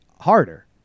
harder